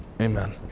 amen